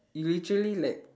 you literally like